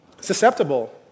susceptible